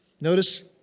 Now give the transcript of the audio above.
Notice